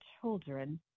children